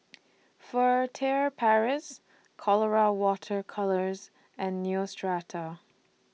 Furtere Paris Colora Water Colours and Neostrata